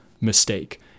mistake